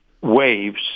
waves